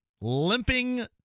limping